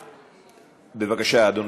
בבקשה, אדוני.